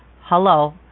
hello